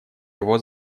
его